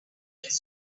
this